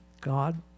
God